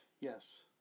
yes